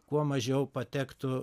kuo mažiau patektų